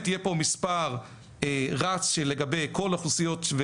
יהיה פה מספר רץ לגבי כל האוכלוסיות,